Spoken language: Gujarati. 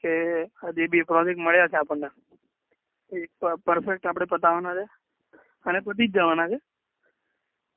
કે જે બે પ્રોજેક્ટ મળ્યાં છે આપણને એ પ પરફેક્ટ આપણે પતાવવાના છે અને પતી જ જવાના છે